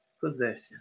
possession